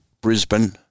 Brisbane